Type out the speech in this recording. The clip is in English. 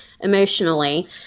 emotionally